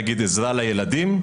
נגיד עזרה לדיירים,